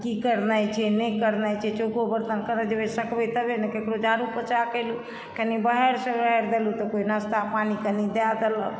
की करनाइ छै नहि करनाइ छै चौको बर्तन करऽ जेबै सकबै तबे ने ककरो झाड़ू पोछा कयलहुँ कनी बहारि सुहारि देलहुँ तऽ कोई नास्ता पानि कनी दए देलक